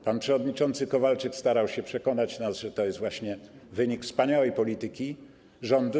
Pan przewodniczący Kowalczyk starał się przekonać nas, że to jest właśnie wynik wspaniałej polityki rządu.